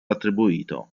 attribuito